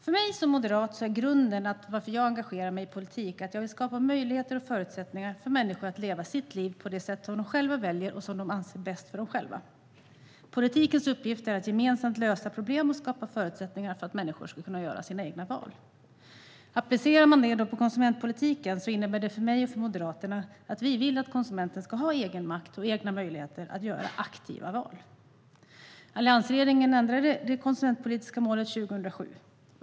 För mig som moderat är grunden för att jag engagerar mig i politik att jag vill skapa möjligheter och förutsättningar för människor att leva sina liv på det sätt som de själva väljer och som de anser bäst för dem själva. Politikens uppgift är att gemensamt lösa problem och skapa förutsättningar för människor att göra sina egna val. Applicerat på konsumentpolitiken innebär det för mig och Moderaterna att konsumenterna ska ha egenmakt och egna möjligheter att göra aktiva val. Alliansregeringen ändrade det konsumentpolitiska målet 2007.